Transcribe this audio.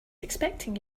expecting